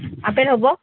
apple হ'ব